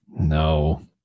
No